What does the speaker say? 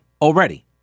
already